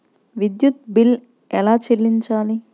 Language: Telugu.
విద్యుత్ బిల్ ఎలా చెల్లించాలి?